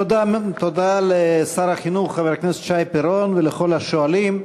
תודה לשר החינוך חבר הכנסת שי פירון ולכל השואלים.